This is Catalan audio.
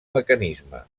mecanisme